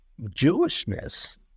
Jewishness